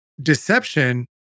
deception